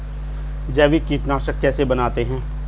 जैविक कीटनाशक कैसे बनाते हैं?